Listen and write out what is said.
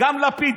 גם לפיד,